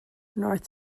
north